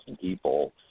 people